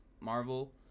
marvel